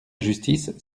justice